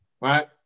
right